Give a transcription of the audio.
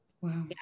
Wow